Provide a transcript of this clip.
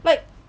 like